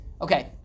Okay